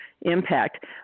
impact